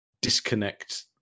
disconnect